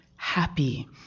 happy